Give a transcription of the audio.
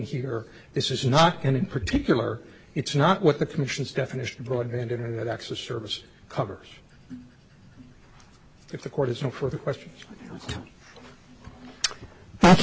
here this is not and in particular it's not what the commission's definition of broadband internet access service covers if the court is not for the question